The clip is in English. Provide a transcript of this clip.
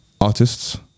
artists